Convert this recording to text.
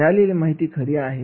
मिळालेली माहिती खरी आहे